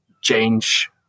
change